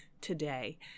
today